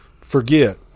forget